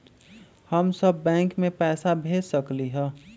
हम सब बैंक में पैसा भेज सकली ह?